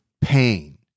pain